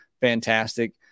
fantastic